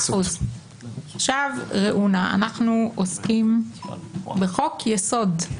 ראו נא, אנחנו עוסקים בחוק-יסוד.